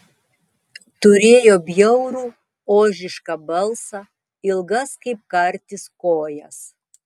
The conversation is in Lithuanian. turėjo bjaurų ožišką balsą ilgas kaip kartis kojas